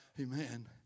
Amen